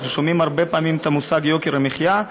אנחנו שומעים הרבה פעמים את המושג "יוקר המחיה",